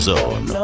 Zone